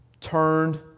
turned